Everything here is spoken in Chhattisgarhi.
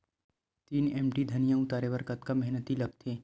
तीन एम.टी धनिया उतारे बर कतका मेहनती लागथे?